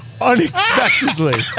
unexpectedly